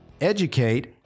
educate